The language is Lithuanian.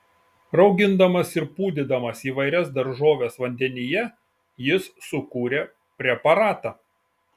raugindamas ir pūdydamas įvairias daržoves vandenyje jis sukūrė preparatą